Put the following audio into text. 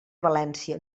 valència